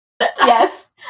Yes